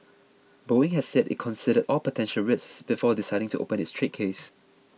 Boeing has said it considered all potential risks before deciding to open its trade case